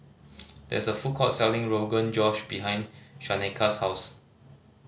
there is a food court selling Rogan Josh behind Shaneka's house